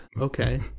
Okay